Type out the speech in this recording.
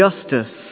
justice